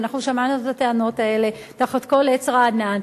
ואנחנו שמענו את הטענות האלה תחת כל עץ רענן,